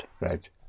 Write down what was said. Right